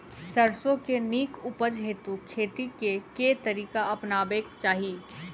सैरसो केँ नीक उपज हेतु खेती केँ केँ तरीका अपनेबाक चाहि?